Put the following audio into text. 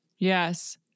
Yes